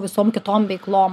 visom kitom veiklom